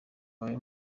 wawe